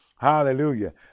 hallelujah